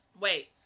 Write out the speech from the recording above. Wait